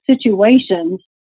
situations